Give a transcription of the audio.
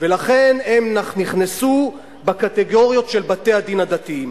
ולכן הם נכנסו בקטגוריות של בתי-הדין הדתיים.